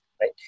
right